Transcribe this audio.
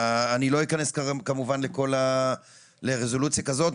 אני לא אכנס לרזולוציה כזאת,